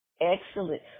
excellent